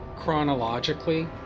chronologically